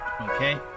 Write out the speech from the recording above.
Okay